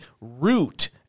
Root